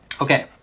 Okay